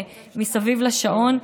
מסביב לשעון.